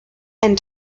and